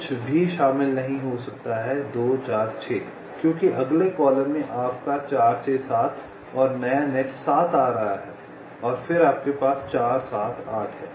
कुछ भी शामिल नहीं हो सकता है 2 4 6 क्योंकि अगले कॉलम में आपका 4 6 7 और नया नेट 7 आ रहा है और फिर आपके पास 4 7 8 है